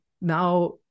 now